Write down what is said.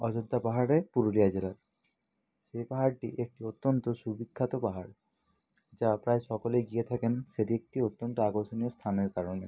অযোধ্যা পাহাড়ের পুরুলিয়া জেলার সে পাহাড়টি একটি অত্যন্ত সুবিখ্যাত পাহাড় যা প্রায় সকলেই গিয়ে থাকেন সেটি একটি অত্যন্ত আকর্ষণীয় স্থানের কারণে